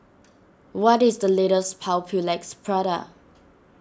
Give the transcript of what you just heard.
what is the latest Papulex product